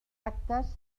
actes